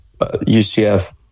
UCF